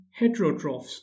heterotrophs